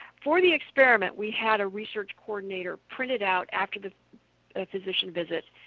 for the experiment, we had a research coordinator print it out after the physician visit,